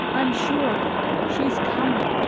i am sure of it, she is coming,